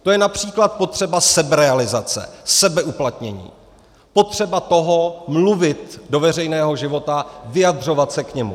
To je například potřeba seberealizace, sebeuplatnění, potřeba toho mluvit do veřejného života, vyjadřovat se k němu.